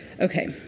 okay